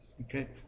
Okay